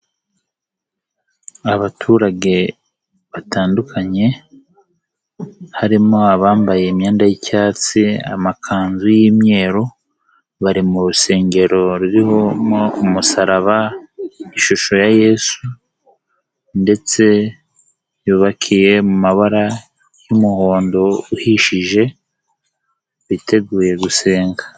Abaturage batandukanye harimo abambaye imyenda y'icyatsi, amakanzu y'imyeru, bari mu rusengero rurimo umusaraba, ishusho ya yesu ndetse yubakiye mu mabara y'umuhondo uhishije biteguye gusenga.